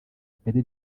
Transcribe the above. ipeti